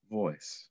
voice